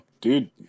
dude